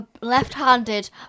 Left-handed